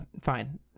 fine